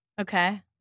Okay